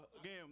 again